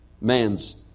Man's